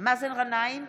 מאזן גנאים,